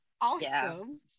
awesome